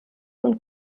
und